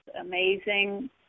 amazing